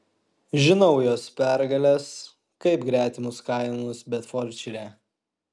žinau jos pergales kaip gretimus kaimus bedfordšyre